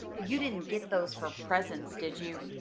you didn't get those for presents, did you?